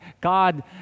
God